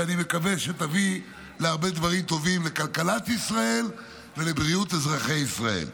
שאני מקווה שתביא להרבה דברים טובים לכלכלת ישראל ולבריאות אזרחי ישראל.